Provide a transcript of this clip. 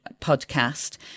podcast